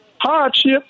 hardship